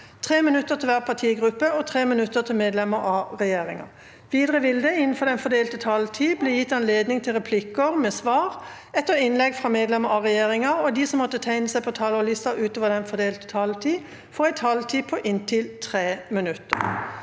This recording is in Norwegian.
3 minutter til hver partigruppe og 3 minutter til medlemmer av regjeringa. Videre vil det – innenfor den fordelte taletid – bli gitt anledning til replikker med svar etter innlegg fra medlemmer av regjeringa, og de som måtte tegne seg på talerlista utover den fordelte taletid, får også en taletid på inntil 3 minutter.